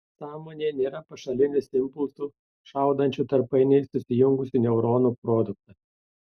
sąmonė tėra pašalinis impulsų šaudančių tarp painiai susijungusių neuronų produktas